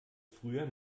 früher